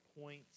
points